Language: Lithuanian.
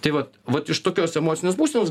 tai va vat iš tokios emocinės būsenos